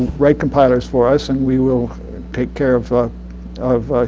write compilers for us and we will take care of ah of